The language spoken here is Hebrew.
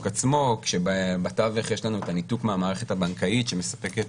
עצמו כשבתווך יש לנו את הניתוק מהמערכת הבנקאית שמספקת